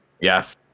yes